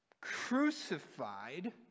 crucified